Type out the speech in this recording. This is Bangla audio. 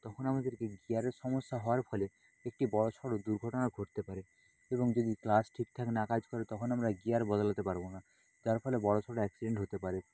তখন আমাদেরকে গিয়ারের সমস্যা হওয়ার ফলে একটি বড় সড় দুর্ঘটনা ঘটতে পারে এবং যদি ক্লাচ ঠিকঠাক না কাজ করে তখন আমরা গিয়ার বদলাতে পারবো না তার ফলে বড় সড় অ্যাক্সিডেন্ট হতে পারে